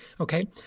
okay